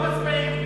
לא מצביעים.